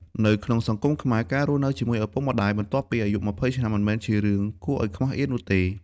នៅក្នុងសង្គមខ្មែរ ការរស់នៅជាមួយឪពុកម្តាយ បន្ទាប់ពីអាយុ ២០ ឆ្នាំ មិនមែនជារឿងគួរឲ្យខ្មាស់អៀននោះទេ។